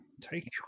Take